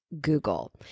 Google